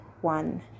one